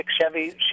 Chevy